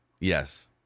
Yes